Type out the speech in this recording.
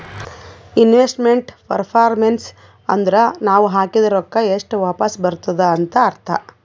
investment performance ಅಂದುರ್ ನಾವ್ ಹಾಕಿದ್ ರೊಕ್ಕಾ ಎಷ್ಟ ವಾಪಿಸ್ ಬರ್ತುದ್ ಅಂತ್ ಅರ್ಥಾ